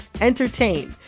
entertain